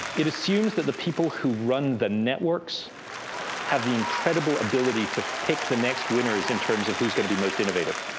it assumes that the people who run the networks have the incredible ability to pick the next winners in terms of who's going to be most innovative.